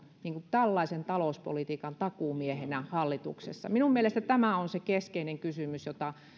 tällaisen talouspolitiikan takuumiehenä hallituksessa minun mielestäni tämä on se keskeinen kysymys jota